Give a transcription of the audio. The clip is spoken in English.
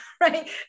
right